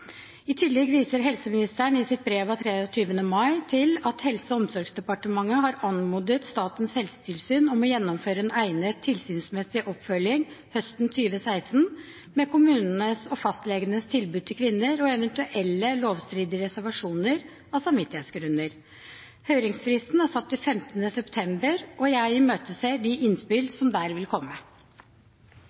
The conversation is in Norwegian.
I tillegg viser helseministeren i sitt brev av 23. mai til at Helse- og omsorgsdepartementet har anmodet Statens helsetilsyn om å gjennomføre en egnet tilsynsmessig oppfølging høsten 2016 av kommunenes og fastlegenes tilbud til kvinner og eventuelle lovstridige reservasjoner av samvittighetsgrunner. Høringsfristen er satt til 15. september, og jeg imøteser de innspill som der vil komme.